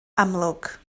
amlwg